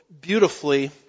beautifully